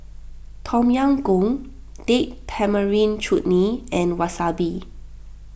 Tom Yam Goong Date Tamarind Chutney and Wasabi